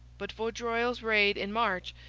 but vaudreuil's raid in march,